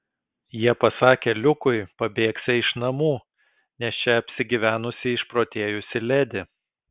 jie pasakė liukui pabėgsią iš namų nes čia apsigyvenusi išprotėjusi ledi